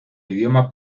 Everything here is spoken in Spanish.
idioma